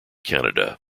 canada